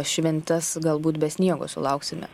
šventes galbūt be sniego sulauksime